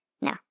no